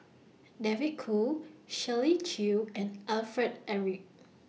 David Kwo Shirley Chew and Alfred Eric